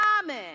common